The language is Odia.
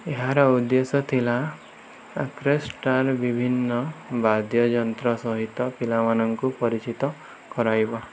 ଏହାର ଉଦ୍ଦେଶ୍ୟ ଥିଲା ଅର୍କେଷ୍ଟ୍ରାର ବିଭିନ୍ନ ବାଦ୍ୟଯନ୍ତ୍ର ସହିତ ପିଲାମାନଙ୍କୁ ପରିଚିତ କରାଇବା